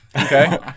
Okay